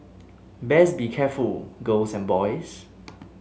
best be careful girls and boys